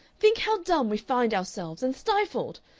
think how dumb we find ourselves and stifled!